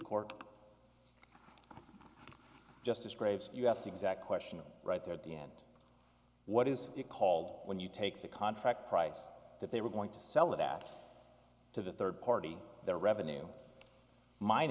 court justice grades us exact question right there at the end what is it called when you take the contract price that they were going to sell of that to the third party their revenue min